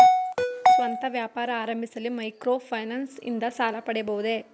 ಸ್ವಂತ ವ್ಯಾಪಾರ ಆರಂಭಿಸಲು ಮೈಕ್ರೋ ಫೈನಾನ್ಸ್ ಇಂದ ಸಾಲ ಪಡೆಯಬಹುದೇ?